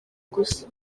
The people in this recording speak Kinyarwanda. gusa